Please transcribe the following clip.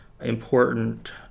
important